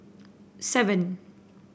seven